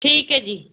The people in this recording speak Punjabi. ਠੀਕ ਹੈ ਜੀ